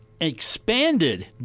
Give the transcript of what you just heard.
expanded